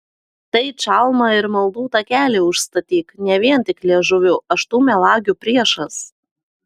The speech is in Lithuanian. tai čalmą ir maldų takelį užstatyk ne vien tik liežuviu aš tų melagių priešas